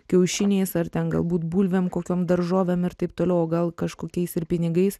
kiaušiniais ar ten galbūt bulvėm kokiom daržovėm ir taip toliau o gal kažkokiais ir pinigais